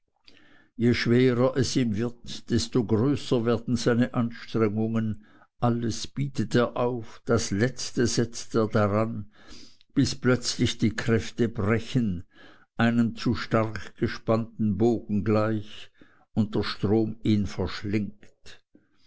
je schwerer es ihm wird desto großer werden seine anstrengungen alles bietet er auf das letzte setzt er daran bis plötzlich die kräfte brechen einem zu stark gespannten bogen gleich und der strom ihn verschlingt